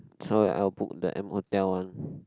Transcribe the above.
so wait I will book the M-Hotel one